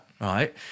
right